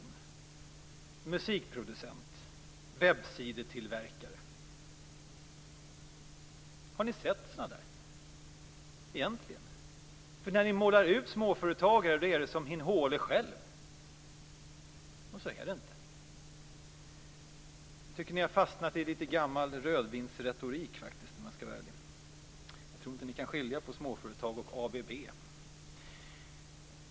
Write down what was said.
Har ni sett en musikproducent eller en webbsidetillverkare? Har ni egentligen sett några sådana? När ni målar ut småföretagare är det som hin håle själv, och så är det inte. Jag tycker faktiskt att ni har fastnat i lite gammal rödvinsretorik, om jag skall vara ärlig. Jag tror inte att ni kan skilja på småföretag och ABB.